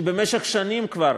שבמשך שנים כבר